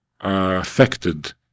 affected